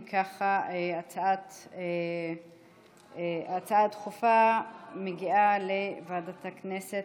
אם כך, ההצעה הדחופה מגיעה לוועדת הכנסת.